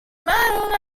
modelled